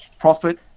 profit